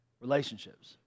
relationships